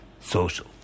social